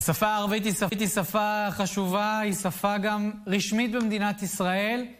שפה ערבית היא שפה חשובה, היא שפה גם רשמית במדינת ישראל.